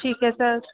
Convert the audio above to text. ਠੀਕ ਹੈ ਸਰ